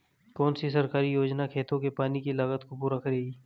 कौन सी सरकारी योजना खेतों के पानी की लागत को पूरा करेगी?